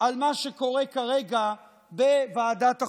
על מה שקורה כרגע בוועדת החוקה.